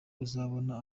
uzabona